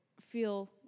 feel